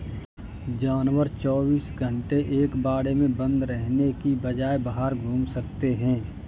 जानवर चौबीस घंटे एक बाड़े में बंद रहने के बजाय बाहर घूम सकते है